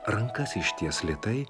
rankas išties lėtai